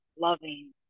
loving